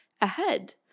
ahead